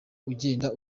ugenda